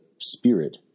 spirit